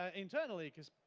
ah internally because